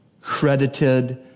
credited